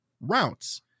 Routes